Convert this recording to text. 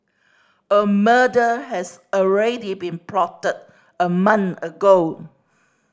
a murder has already been plotted a month ago